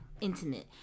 intimate